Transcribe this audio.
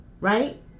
right